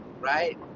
right